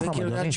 אדוני.